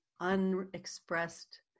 unexpressed